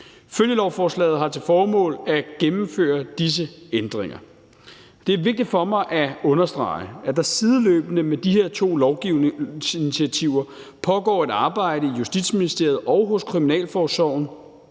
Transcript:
Følgelovforslaget har til formål at gennemføre disse ændringer. Det er vigtigt for mig at understrege, at der sideløbende med de her to lovgivningsinitiativer pågår et arbejde i Justitsministeriet og hos kriminalforsorgen